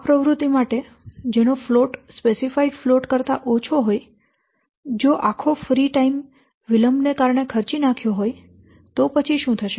આ પ્રવૃત્તિ માટે જેનો ફ્લોટ સ્પેસિફાઇડ ફ્લોટ કરતા ઓછો હોય જો આખો ફ્રી સમય વિલંબને કારણે ખર્ચી નાખ્યો હોય તો પછી શું થશે